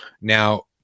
Now